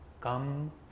come